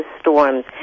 storms